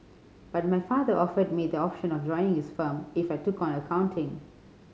but my father offered me the option of joining his firm if I took on accounting